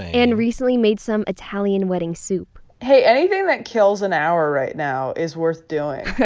and recently made some italian wedding soup. hey, anything that kills an hour right now is worth doing.